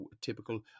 typical